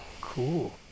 Cool